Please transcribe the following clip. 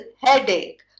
headache